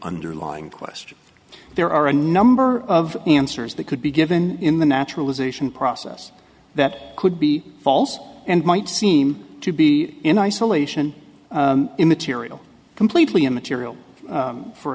underlying question there are a number of answers that could be given in the naturalization process that could be false and might seem to be in isolation immaterial completely immaterial